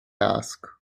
ask